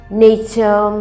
nature